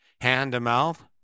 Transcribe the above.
hand-to-mouth